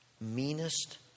meanest